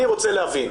אני רוצה להבין,